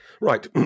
Right